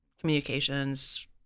communications